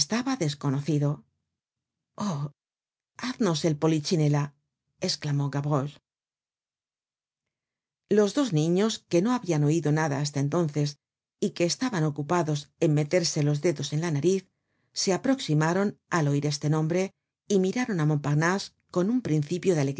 estaba desconocido oh haznos el polichinela esclamó gavroche los dos niños que no habian oido nada hasta entonces y que estaban ocupados en meterse los dedos en la nariz se aproximaron al oir este nombre y miraron á montparnase con un principio de